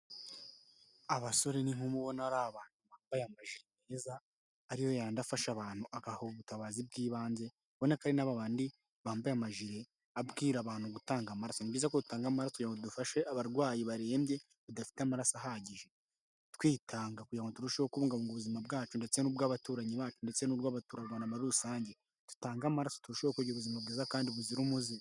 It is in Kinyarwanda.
Abasore n'inkumi ubona ari abantu bambaye amajire meza, ariyo yanafasha abantu agaha ubutabazi bw'ibanze, ubona ko ari n'aba bandi bambaye amajire abwira abantu gutanga amaraso, ni byiza ko dutanga amaraso kugirango ngo dufashe abarwayi barembye badafite amaraso ahagije, twitanga kugira ngo turusheho kubungabunga ubuzima bwacu ndetse n'ubw'abaturanyi bacu ndetse n'ubw'abaturarwanda muri rusange, dutange amaraso turusheho kugira ubuzima bwiza kandi buzira umuze.